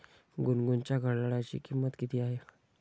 गुनगुनच्या घड्याळाची किंमत किती आहे?